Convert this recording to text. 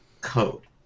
code